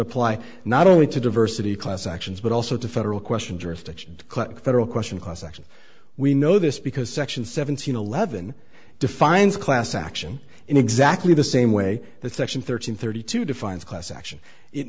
apply not only to diversity of class actions but also to federal question jurisdiction federal question class action we know this because section seven hundred eleven defines class action in exactly the same way that section thirteen thirty two defines class action it